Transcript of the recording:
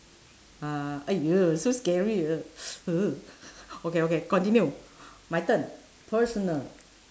uh !aiya! so scary eh !eeyer! okay okay continue my turn personal